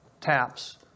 taps